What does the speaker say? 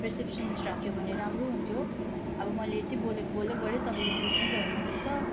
receptionist राख्यो भने राम्रो हुन्थ्यो अब मैले यति बोलेको बोलेकै गरेँ तपाईँले बुझ्नैभएन रहेछ